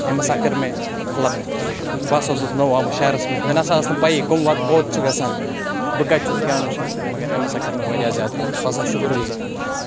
أمۍ ہَسا کٔر مےٚ ہیٚلٕپ بہٕ ہَسا اوسُس نوٚو آمُت شہرَس منٛز مےٚ نہ سا ٲس نہٕ پَیی کٕم وَتہٕ کوٚت چھِ گژھان بہٕ کَتہِ چھُس کیٛاہ نہٕ چھُس مگر أمۍ ہَسا کٔر مےٚ واریاہ زیادٕ ہیٚلٕپ بہٕ ہَسا چھُس شُکُر گُزار